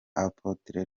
apotre